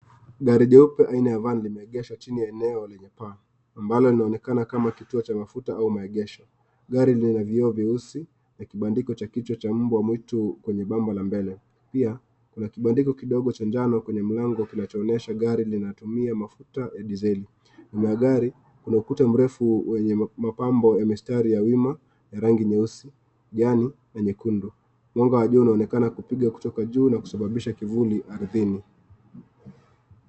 Gari jeusi aina ya vani limeegeshwa katika eneo lenye paa, ambalo linaonekana kama kituo cha mafuta ama maegesho, gari lina vioo vieusi na kibandiko cha mbwa mwebeamba upande wa mbele, pia kuna kibandiko kidogo cha njano kimefunguliwa kinatumia mafuta ya diseli, kuna gari, kuna ukuta mrefu unamapambo ya mistari ya wima, na rangi nyeusi, jani nyekundu, mwanga wa juu unawaka kutoka juu kusababisha kivuli uwanjani